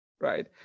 right